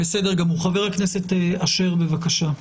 חבר הכנסת אשר, בבקשה.